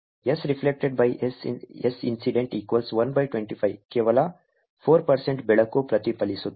SreflectedSincident125 ಕೇವಲ 4 ಬೆಳಕು ಪ್ರತಿಫಲಿಸುತ್ತದೆ